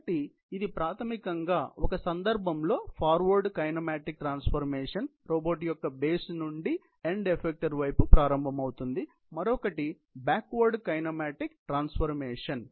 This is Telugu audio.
కాబట్టి ఇది ప్రాథమికంగా ఒక సందర్భంలో ఫార్వర్డ్ కైనమాటిక్ ట్రాన్స్ఫర్మేషన్ రోబోట్ యొక్క బేస్ నుండి ఎండ్ ఎఫెక్టర్ వైపు ప్రారంభమవుతుంది మరొకటి బ్యాక్వర్డ్ కైనమాటిక్ ట్రాన్స్ఫర్మేషన్